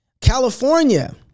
California